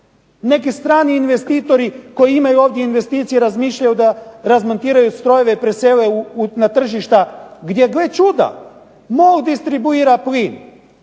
Neki strani investitori koji imaju ovdje investicije razmišljaju da razmontiraju strojeve, presele na tržišta, gdje gle čuda MOL distribuira plin.